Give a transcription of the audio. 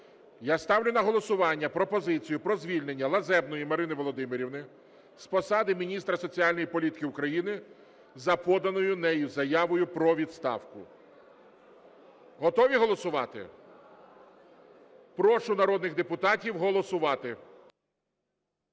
я ставлю на голосування пропозицію про звільнення Лазебної Марини Володимирівни з посади Міністра соціальної політики України за поданою нею заявою про відставку. Готові голосувати? Прошу народних депутатів голосувати.